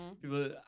People